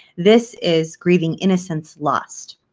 this is grieving innocence lost.